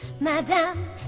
Madame